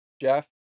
Jeff